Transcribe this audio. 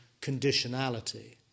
conditionality